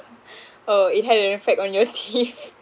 oh it had an effect on your teeth